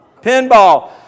Pinball